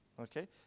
okay